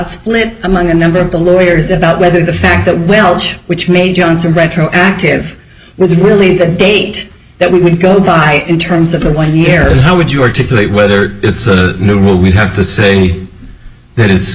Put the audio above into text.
split among a number of the lawyers about whether the fact that welch which may johnson retroactive was really the date that we would go by in terms of the one year and how would your ticket whether it's a new rule we have to say that it's